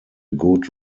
good